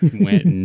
went